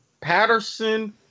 Patterson